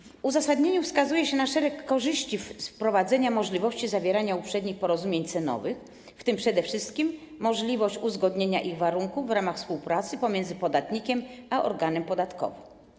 W uzasadnieniu wskazuje się szereg korzyści wynikających z wprowadzenia możliwości zawierania uprzednich porozumień cenowych, w tym przede wszystkim możliwość uzgodnienia ich warunków w ramach współpracy pomiędzy podatnikiem a organem podatkowym.